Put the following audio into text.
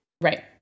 right